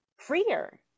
freer